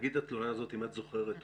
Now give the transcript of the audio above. התלונה הזאת, אם את זוכרת אותה,